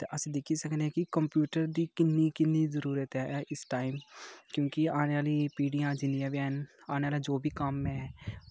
ते अस दिक्खी सकने कि कंप्यूटर दी किन्नी किन्नी जरूरत ऐ इस टैम क्योंकि आने आह्ली पीढ़ियां जिन्नियां बी हैन न आने आह्ला जो बी कम्म ऐ